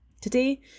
Today